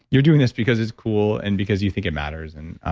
you're doing this because it's cool. and because you think it matters and